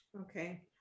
Okay